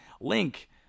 Link